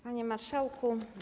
Panie Marszałku!